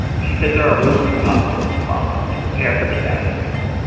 she says there are rules for hospitals to follow to prepare for disasters,